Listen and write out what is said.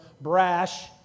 brash